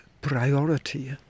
priority